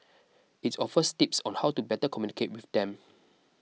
it's offers tips on how to better communicate with them